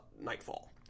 nightfall